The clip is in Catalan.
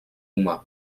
humà